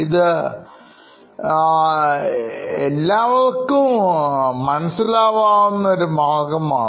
ഇത് കുട്ടികളൊക്കെ മനസ്സിലാവുന്ന ഒരു മാർഗമാണ്